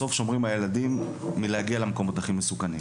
בסוף שומרים על הילדים מלהגיע למקומות הכי מסוכנים.